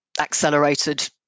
accelerated